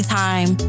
time